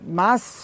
mass